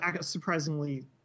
surprisingly